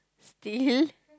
steal